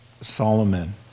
Solomon